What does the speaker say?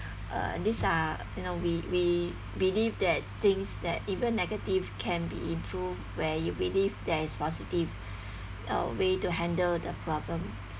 uh this are you know we we believe that things that even negative can be improved where you believe there is positive uh way to handle the problem